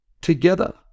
Together